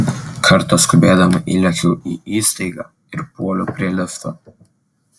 kartą skubėdama įlėkiau į įstaigą ir puoliau prie lifto